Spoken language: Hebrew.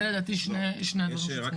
זה לדעתי שני הדברים שצריכים להיות בוועדה.